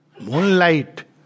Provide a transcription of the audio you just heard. Moonlight